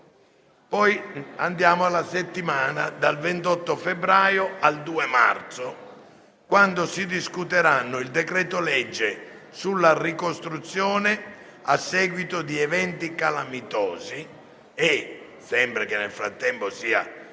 tributaria. Nella settimana dal 28 febbraio al 2 marzo si discuteranno il decreto-legge sulla ricostruzione a seguito di eventi calamitosi e, qualora nel frattempo sia